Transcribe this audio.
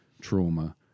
trauma